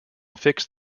fix